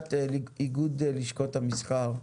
נציגת איגוד לשכות המסחר,